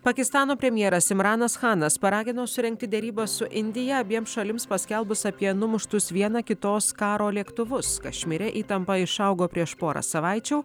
pakistano premjeras simranas chanas paragino surengti derybas su indija abiem šalims paskelbus apie numuštus viena kitos karo lėktuvus kašmyre įtampa išaugo prieš porą savaičių